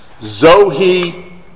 Zohi